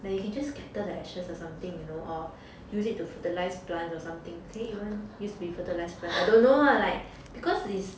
like you can just scatter the ashes or something you know or use it to fertilize plants or something can it even be used to fertilize plants I don't know lah because it's